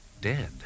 Dead